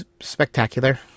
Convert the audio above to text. spectacular